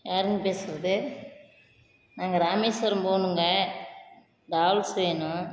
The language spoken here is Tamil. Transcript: யாருங்க பேசுவது நாங்கள் ராமேஸ்வரம் போகணுங்க தால்ஸ் வேணும்